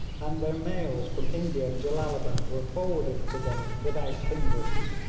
and their mails from india and jellalabad were forwarded to them without hindrance.